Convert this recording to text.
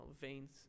veins